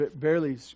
barely